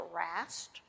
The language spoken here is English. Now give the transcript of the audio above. harassed